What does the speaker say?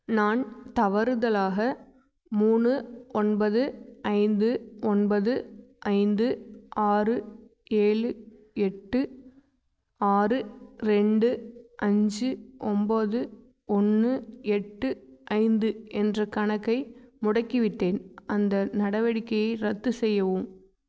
நான் தவறுதலாக மூணு ஒன்பது ஐந்து ஒன்பது ஐந்து ஆறு ஏழு எட்டு ஆறு ரெண்டு அஞ்சு ஒம்போது ஒன்று எட்டு ஐந்து என்ற கணக்கை முடக்கிவிட்டேன் அந்த நடவடிக்கையை ரத்து செய்யவும்